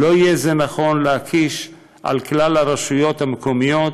לא יהיה נכון להקיש על כלל הרשויות המקומיות